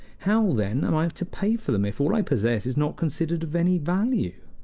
how, then, am i to pay for them if all i possess is not considered of any value?